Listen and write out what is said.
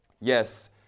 Yes